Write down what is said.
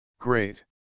Great